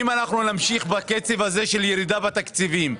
אם אנחנו נמשיך בקצב הזה של ירידה בתקציבים,